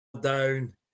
down